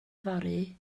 yfory